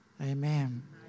amen